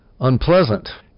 unpleasant